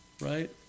right